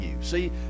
See